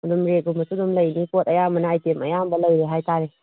ꯑꯗꯨꯝ ꯔꯦꯛꯀꯨꯝꯕꯁꯨ ꯑꯗꯨꯝ ꯂꯩꯅꯤ ꯄꯣꯠ ꯑꯌꯥꯝꯕꯅ ꯑꯥꯏꯇꯦꯝ ꯑꯌꯥꯝꯕ ꯂꯩꯔꯦ ꯍꯥꯏ ꯇꯥꯔꯦ